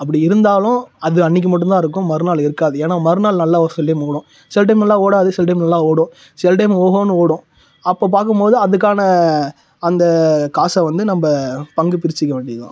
அப்படி இருந்தாலும் அது அன்னிக்கு மட்டும்தான் இருக்கும் மறுநாள் இருக்காது ஏன்னா மறுநாள் நல்ல வசூல்லே மூடும் சில டைம் நல்லா ஓடாது சில டைம் நல்லா ஓடும் சில டைம் ஓஹோன்னு ஓடும் அப்போ பார்க்கும் போது அதற்கான அந்த காசை வந்து நம்ப பங்கு பிரிச்சிக்க வேண்டியதுதான்